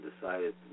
decided